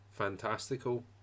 Fantastical